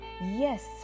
Yes